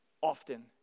often